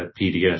PDF